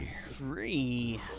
Three